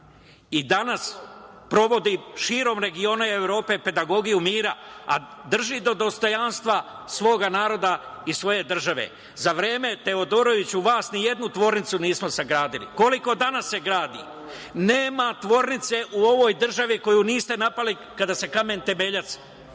I, danas provodi širom regiona i Evrope pedagogiju mira, a drži do dostojanstva svog naroda i svoje države.Za vreme, Teodoroviću, vas, ni jednu fabriku nismo sagradili. Koliko se danas gradi? Nema fabrike u ovoj državi koju niste napali kada se kamen temeljac